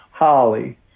Holly